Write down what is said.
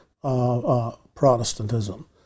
Protestantism